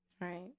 Right